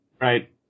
Right